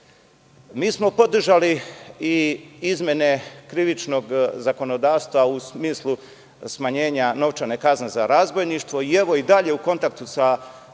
smo podržali i izmene Krivičnog zakonodavstva u smislu smanjenja novčane kazne za razbojništvo i evo i dalje u kontaktu s